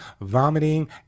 vomiting